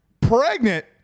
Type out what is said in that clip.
pregnant